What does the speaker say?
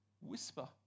Whisper